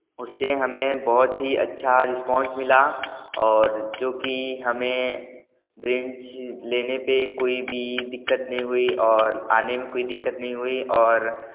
उससे हमें बहुत ही अच्छा रिस्पांस मिला और जो की हमें ब्रेंच लेने पर कोई भी दिक्कत नहीं हुई और आने में कोई दिक्कत नहीं हुई और